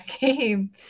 game